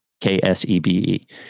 K-S-E-B-E